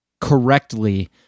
correctly